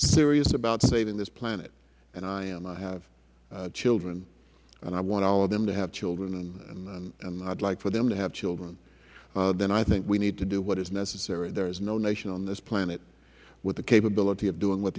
serious about saving this planet and i am i have children and i want all of them to have children and i would like for them to have children then i think we need to do what is necessary there is no nation on this planet with the capability of doing what